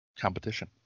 competition